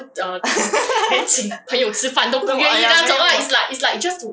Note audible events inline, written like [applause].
[laughs] ah ya ya